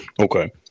Okay